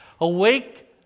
Awake